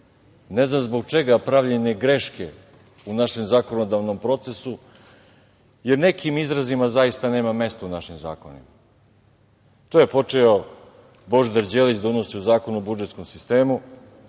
ne znam zbog čega, pravljene greške u našem zakonodavnom procesu, jer nekim izrazima zaista nema mesta u našim zakonima. To je počeo Božidar Đelić da unosi u Zakon o budžetskom sistemu,